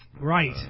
right